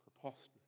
Preposterous